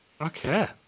Okay